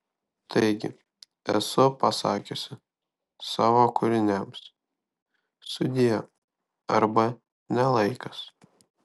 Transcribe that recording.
taigi esu pasakiusi savo kūriniams sudie arba ne laikas